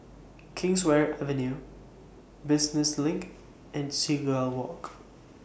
Kingswear Avenue Business LINK and Seagull Walk